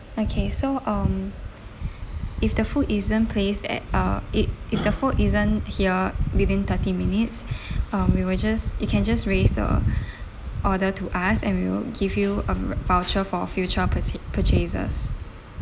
okay so um if the food isn't place at uh it if the food isn't here within thirty minutes uh we will just you can just raised the order to us and we will give you a voucher for future purchase purchases